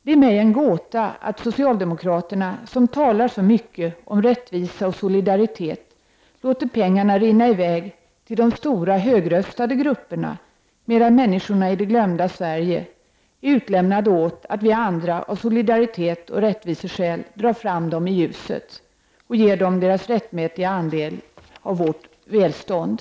Det är för mig en gåta att socialdemokraterna, som talar så mycket om rättvisa och solidaritet, låter pengarna rinna i väg till de stora högröstade grupperna, medan människorna i ”det glömda Sverige” är utelämnade åt att vi andra av solidaritet och rättviseskäl drar fram dessa grupper i ljuset och ger dem deras rättmätiga andel av vårt välstånd.